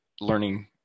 learning